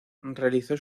realizó